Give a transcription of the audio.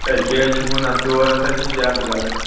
ہے کیٛاہ حظ چھُکھ وَنان ژور ہَتھ حظ چھِ زیادٕ گژھان